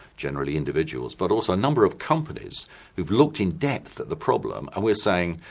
generally individuals, but also a number of companies who have looked in depth at the problem, and we are saying,